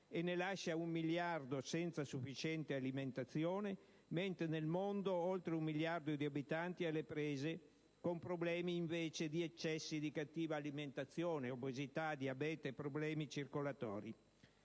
ma ne lascia un miliardo senza sufficiente alimentazione, mentre nel mondo oltre un miliardo di abitanti è alle prese con i problemi di eccessi di cattiva alimentazione (obesità, diabete, problemi circolatori).